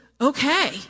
Okay